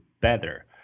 better